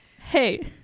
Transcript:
Hey